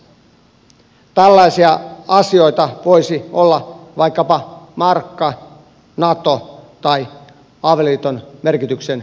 tällaisia asioita voisivat olla vaikkapa markka nato tai avioliiton merkityksen muuttaminen